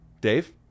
Dave